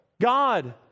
God